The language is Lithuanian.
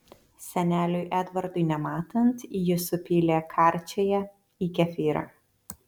seneliui edvardui nematant ji supylė karčiąją į kefyrą